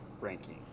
ranking